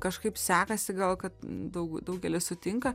kažkaip sekasi gal kad daug daugelis sutinka